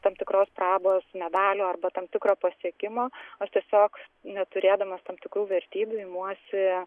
tam tikros prabos medalio arba tam tikro pasiekimo aš tiesiog neturėdamas tam tikrų vertybių imuosi